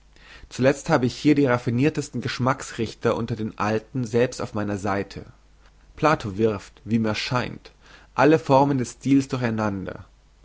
zuletzt habe ich hier die raffinirtesten geschmacksrichter unter den alten selbst auf meiner seite plato wirft wie mir scheint alle formen des stils durcheinander